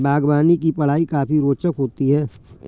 बागवानी की पढ़ाई काफी रोचक होती है